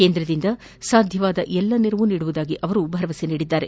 ಕೇಂದ್ರದಿಂದ ಸಾಧ್ಯವಾದ ಎಲ್ಲ ನೆರವು ನೀಡುವುದಾಗಿ ಅವರು ಭರವಸೆ ನೀಡಿದ್ದಾರೆ